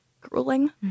grueling